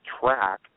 track